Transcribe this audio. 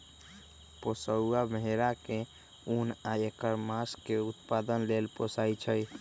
पोशौआ भेड़ा के उन आ ऐकर मास के उत्पादन लेल पोशइ छइ